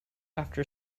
after